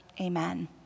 Amen